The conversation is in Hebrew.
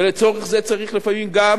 ולצורך זה צריך לפעמים גם